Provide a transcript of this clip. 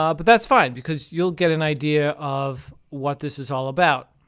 um but that's fine, because you'll get an idea of what this is all about.